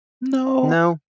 no